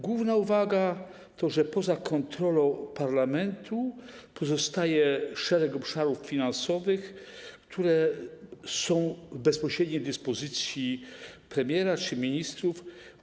Główna uwaga jest taka, że poza kontrolą parlamentu pozostaje szereg obszarów finansowych, które są w bezpośredniej dyspozycji premiera czy ministrów.